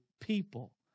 people